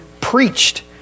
preached